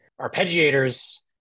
Arpeggiators